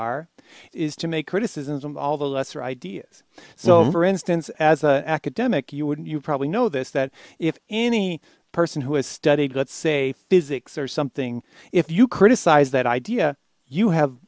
are is to make criticisms of all the lesser ideas so for instance as an academic you would you probably know this that if any person who has studied let's say physics or something if you criticize that idea you have